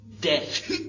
Death